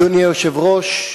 אדוני היושב-ראש,